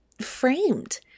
framed